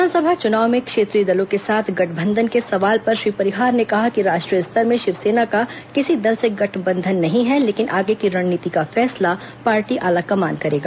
विधानसभा चुनाव में क्षेत्रीय दलों के साथ गठबंधन के सवाल पर श्री परिहार ने कहा कि राष्ट्रीय स्तर में शिवसेना का किसी दल से गठबंधन नहीं है लेकिन आगे की रणनीति का फैसला पार्टी आलाकमान करेगा